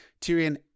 Tyrion